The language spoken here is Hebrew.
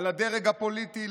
על הדרג הפוליטי,